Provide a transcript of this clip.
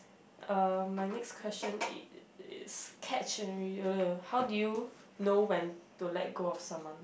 uh my next question is~ catch and reel how do you know when to let go of someone